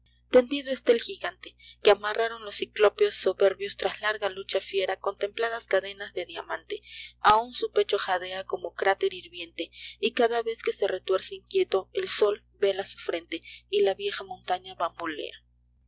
tendido está el jigante que amarraron los cíclopes soberbio tras larga lucha fiera con templadas cadenas de diamante aun su pecho jadéa cerno cráter hirviente y cada vez que se retuerce inquieto el sol ve la su frente y la vieja montaña